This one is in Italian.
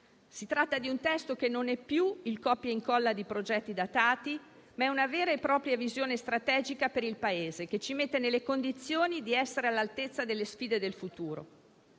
Si tratta di un testo che non è più il copia-incolla di progetti datati, ma è una vera e propria visione strategica per il Paese, che ci mette nelle condizioni di essere all'altezza delle sfide del futuro.